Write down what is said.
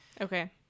Okay